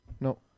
No